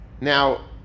Now